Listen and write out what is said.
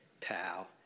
Pal